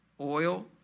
oil